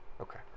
Okay